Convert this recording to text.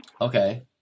Okay